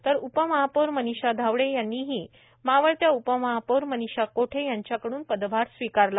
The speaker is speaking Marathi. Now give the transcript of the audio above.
तर उपमहापौर मनीषा धावड़े यांनीही मावळत्या उपमहापौर मनीषा कोठे यांच्याकड़न पदभार स्वीकारला